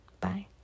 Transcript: Bye